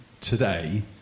today